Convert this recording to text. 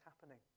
happening